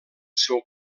seu